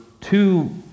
two